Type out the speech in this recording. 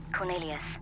Cornelius